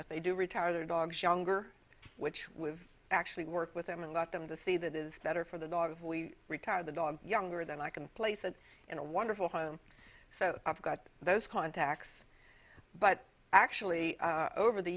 with they do retire their dogs younger which we've actually worked with them and got them to see that is better for the dog of we retired the dog younger than i can place it in a wonderful home so i've got those contacts but actually over the